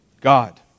God